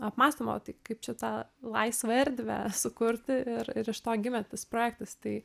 apmąstoma tai kaip čia tą laisvą erdvę sukurti ir ir iš to gimė tas projektas tai